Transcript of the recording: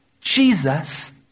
Jesus